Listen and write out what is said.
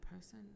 person